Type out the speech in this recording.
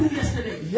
yesterday